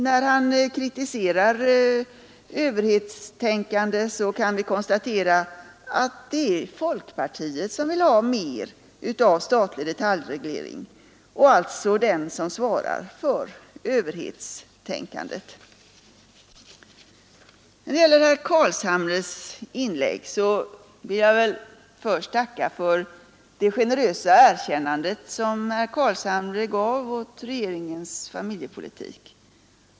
När han kritiserar överhetstänkande, så kan vi konstatera att det är folkpartiet som vill ha mer av statlig detaljreglering och alltså är det parti som svarar för överhetstänkandet. Då det gäller herr Carlshamres inlägg vill jag först tacka för det generösa erkännande som herr Carlshamre gav åt regeringens familje politik.